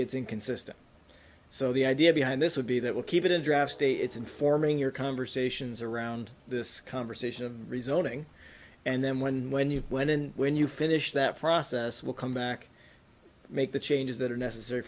gets inconsistent so the idea behind this would be that will keep it in draft day it's informing your conversations around this conversation resulting and then when when you when and when you finish that process will come back make the changes that are necessary